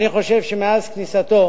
אני חושב שמאז כניסתו